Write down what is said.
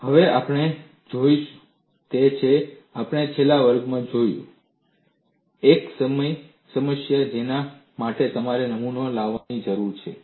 હવે આપણે જે જોઈશું તે છે આપણે છેલ્લા વર્ગમાં જોયું છે એક સમસ્યા જેના માટે તમારે નમૂનાઓ લાવવાની જરૂર છે